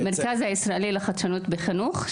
המרכז הישראלי לחדשנות בחינוך,